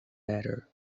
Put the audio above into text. better